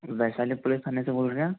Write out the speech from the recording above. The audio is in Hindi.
वैशाली पुलिस थाने से बोल रहे हैं